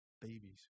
babies